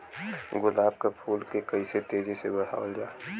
गुलाब क फूल के कइसे तेजी से बढ़ावल जा?